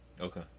Okay